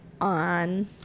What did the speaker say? on